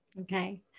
Okay